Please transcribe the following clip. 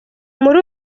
muri